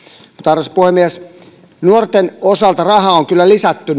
arvoisa puhemies nuorten osalta rahaa on kyllä lisätty